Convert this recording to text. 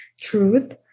truth